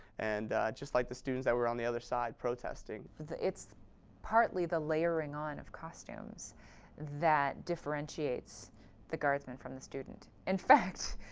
and just like the students that were on the other side protesting. it's partly the layering on of costumes that differentiates the guardsman from the student. in fact,